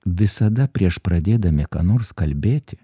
visada prieš pradėdami ką nors kalbėti